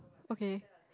okay